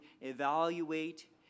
evaluate